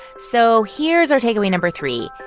so here's our takeaway number three.